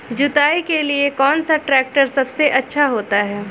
जुताई के लिए कौन सा ट्रैक्टर सबसे अच्छा होता है?